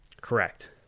Correct